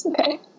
Okay